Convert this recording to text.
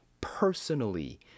personally